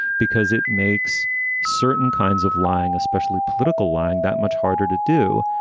because it makes certain kinds of lying, especially political lying that much harder to do.